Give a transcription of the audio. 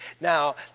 Now